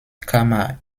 kammer